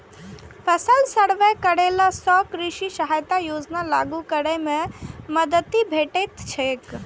फसल सर्वे करेला सं कृषि सहायता योजना लागू करै मे मदति भेटैत छैक